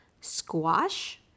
squash